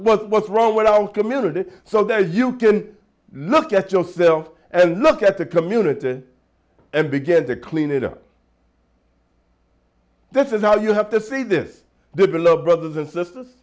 what what's wrong with our community so that you can look at yourself and look at the community and begin to clean it up this is how you have to say this the beloved brothers and sisters